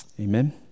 Amen